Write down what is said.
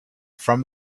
from